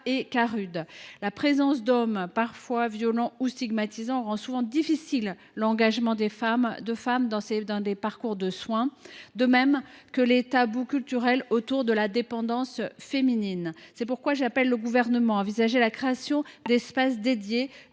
(Caarud). La présence d’hommes parfois violents ou stigmatisants rend souvent difficile l’engagement des femmes dans les parcours de soins. Il en va de même pour les tabous culturels autour de la dépendance féminine. C’est pourquoi j’appelle le Gouvernement à envisager la création d’espaces dédiés